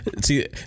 see